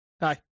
Hi